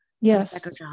Yes